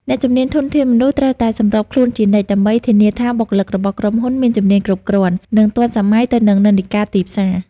អ្នកជំនាញធនធានមនុស្ស ត្រូវតែសម្របខ្លួនជានិច្ច ដើម្បីធានាថាបុគ្គលិករបស់ក្រុមហ៊ុនមានជំនាញគ្រប់គ្រាន់ និងទាន់សម័យទៅនឹងនិន្នាការទីផ្សារ។